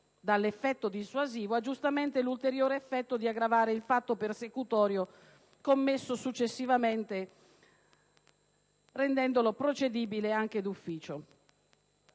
dall'effetto dissuasivo, ha giustamente l'ulteriore effetto di aggravare il fatto persecutorio commesso successivamente, rendendolo procedibile anche d'ufficio.